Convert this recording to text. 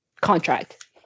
contract